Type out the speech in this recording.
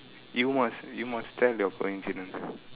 you must you must tell your coincidence